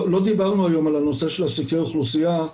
לא דיברנו היום על הנושא של סקרי האוכלוסייה,